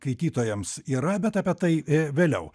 skaitytojams yra bet apie tai vėliau